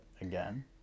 again